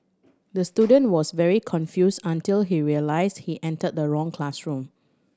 the student was very confused until he realised he entered the wrong classroom